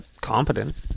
competent